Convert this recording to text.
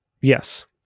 Yes